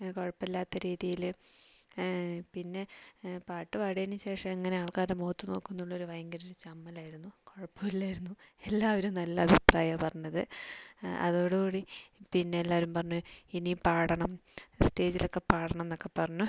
കുഴപ്പമില്ലാത്ത രീതിയിൽ പിന്നെ പാട്ട് പാടിയതിനുശേഷം എങ്ങനെ ആൾക്കാരുടെ മുഖത്ത് നോക്കും എന്നുള്ളൊരു ഭയങ്കര ഒരു ചമ്മൽ ആയിരുന്നു കുഴപ്പമില്ലായിരുന്നു എല്ലാവരും നല്ല അഭിപ്രായമാണ് പറഞ്ഞത് അതോടുകൂടി പിന്നെ എല്ലാവരും പറഞ്ഞു ഇനി പാടണം സ്റ്റേജിൽ ഒക്കെ പാടണം എന്നൊക്കെ പറഞ്ഞു